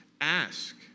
Ask